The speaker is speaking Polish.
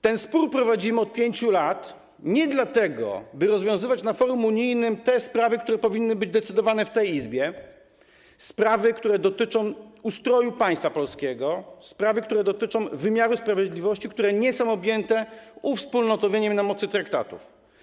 Ten spór prowadzimy od 5 lat nie dlatego, by rozwiązywać na forum unijnym te sprawy, które powinny być decydowane w tej Izbie, sprawy, które dotyczą ustroju państwa polskiego, sprawy, które dotyczą wymiaru sprawiedliwości, które nie są objęte uwspólnotowieniem na mocy traktatów.